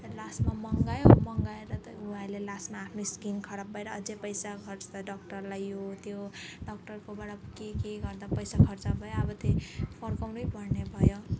लास्टमा मगायो मगाएर त उ अहिले लास्टमा आफ्नो स्किन खराब भएर अझै पैसा खर्च डक्टरलाई यो त्यो डक्टरकोबाट के के गर्दा पैसा खर्च भयो अब त्यही फर्काउनै भयो